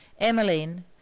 Emmeline